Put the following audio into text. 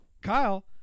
kyle